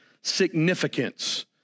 significance